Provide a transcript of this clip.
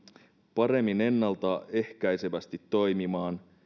paremmin ennalta ehkäisevästi toimimaan